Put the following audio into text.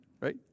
right